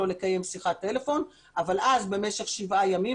לו שיחת טלפון אבל אז במשך שבעה ימים,